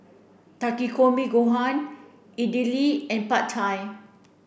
Takikomi Gohan Idili and Pad Thai